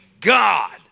God